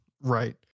Right